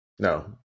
No